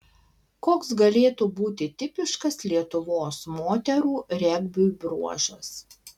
koks galėtų būti tipiškas lietuvos moterų regbiui bruožas